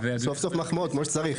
סוף סוף מחמאות כמו שצריך.